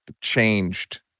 changed